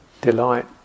delight